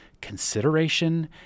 consideration